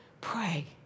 pray